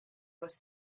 was